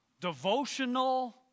devotional